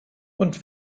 und